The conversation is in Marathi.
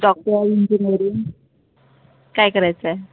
डॉक्टर इंजिनिअरिंग काय करायचं आहे